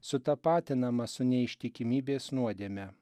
sutapatinama su neištikimybės nuodėme